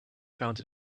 found